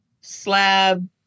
slab